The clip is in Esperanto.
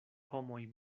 homoj